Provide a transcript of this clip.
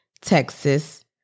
Texas